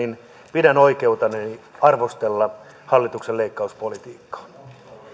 pidän oikeutenani arvostella hallituksen leikkauspolitiikkaa